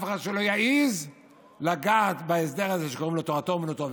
שאף אחד שלא יעז לגעת בהסדר הזה שקוראים לו תורתו אומנותו,